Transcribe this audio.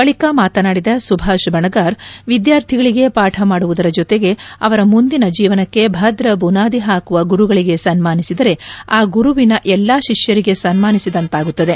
ಬಳಿಕ ಮಾತನಾಡಿದ ಸುಭಾಷ್ ಬಣಗಾರ್ ವಿದ್ಯಾರ್ಥಿಗಳಿಗೆ ಪಾಠ ಮಾಡುವುದರ ಜೊತೆಗೆ ಅವರ ಮುಂದಿನ ಜೀವನಕ್ಕೆ ಭದ್ರ ಬುನಾದಿ ಹಾಕುವ ಗುರುಗಳಿಗೆ ಸನ್ಮಾನಿಸಿದರೆ ಆ ಗುರುವಿನ ಎಲ್ಲಾ ಶಿಷ್ಯರಿಗೆ ಸನ್ಮಾನಿಸಿದಂತಾಗುತ್ತದೆ